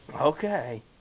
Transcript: Okay